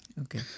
Okay